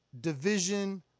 division